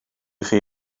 chi